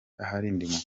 aharindimuka